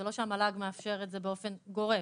זה לא שהמל"ג מאפשר את זה באופן גורף.